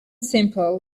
simple